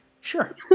sure